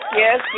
yes